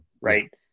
right